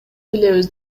билебиз